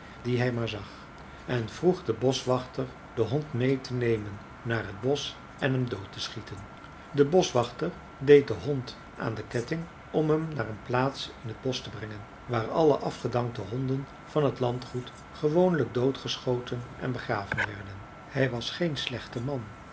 die hij maar zag en vroeg den boschwachter den hond meê te nemen naar het bosch en hem dood te schieten de boschwachter deed den hond aan den ketting om hem naar een plaats in het bosch te brengen waar alle afgedankte honden van het landgoed gewoonlijk doodgeschoten en begraven werden hij was geen slechte man